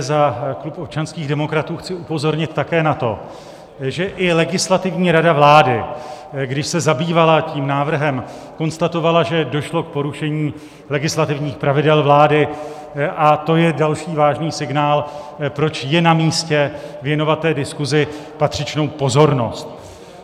Za klub občanských demokratů chci upozornit také na to, že i legislativní rada vlády, když se zabývala tím návrhem, konstatovala, že došlo k porušení legislativních pravidel vlády, a to je další vládní signál, proč je na místě věnovat té diskusi patřičnou pozornost.